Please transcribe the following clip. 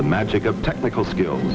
the magic of technical skill